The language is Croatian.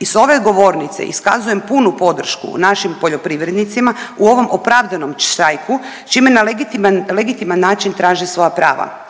i s ove govornice iskazujem punu podršku našim poljoprivrednicima u ovom opravdanom štrajku čime na legitiman, legitiman način traže svoja prava.